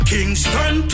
Kingston